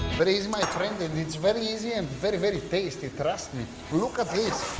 but easy, my friends! and it's very easy and very very tasty, trust me! look at this!